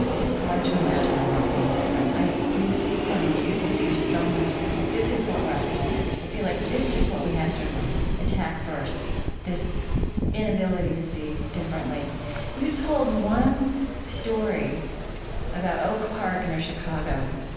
it's hard to imagine the world being different. you speak for me, you speak for so many people. this is what we're up against. i feel like this is what we have to attack first this inability to see differently you told one story about oak park, near chicago.